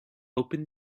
open